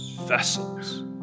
vessels